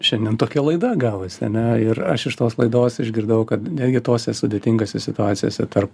šiandien tokia laida gavosi ane ir aš iš tos laidos išgirdau kad netgi tose sudėtingose situacijose tarp